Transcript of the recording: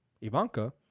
Ivanka